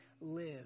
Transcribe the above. live